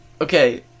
Okay